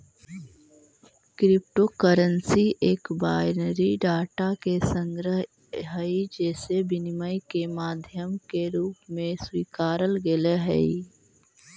crypto currency एक binary data के संग्रह हइ जेसे विनिमय के माध्यम के रूप में स्वीकारल गेले हइ